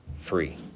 free